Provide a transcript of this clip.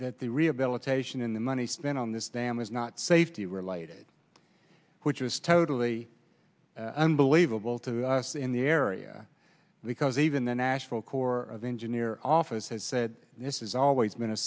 that the rehabilitation in the money spent on this dam is not safety related which is totally unbelievable to us in the area because even the national corps of engineer office has said this is always been a